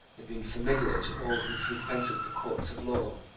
had been familiar to all who frequented the courts of law.